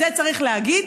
את זה צריך להגיד.